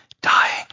dying